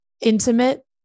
intimate